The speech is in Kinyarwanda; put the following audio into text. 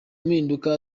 mpinduka